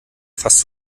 fast